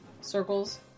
circles